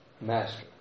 Master